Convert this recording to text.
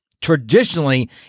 Traditionally